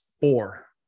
four